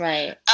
Right